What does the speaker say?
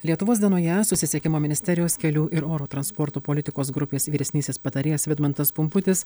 lietuvos dienoje susisiekimo ministerijos kelių ir oro transporto politikos grupės vyresnysis patarėjas vidmantas pumputis